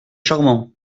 charmant